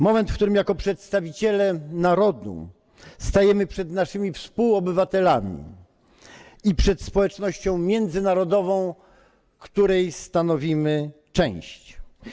Moment, w którym jako przedstawiciele narodu stajemy przed naszymi współobywatelami i przed społecznością międzynarodową, której stanowimy część.